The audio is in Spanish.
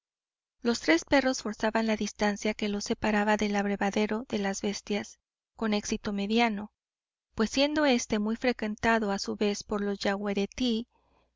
los tres perros forzaban la distancia que los separaba del abrevadero de las bestias con éxito mediano pues siendo éste muy frecuentado a su vez por los yaguareteí